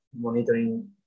monitoring